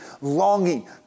longing